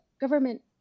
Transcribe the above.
government